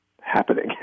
happening